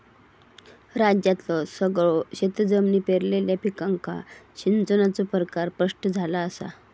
राज्यातल्यो सगळयो शेतजमिनी पेरलेल्या पिकांका सिंचनाचो प्रकार स्पष्ट झाला असा